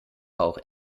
auch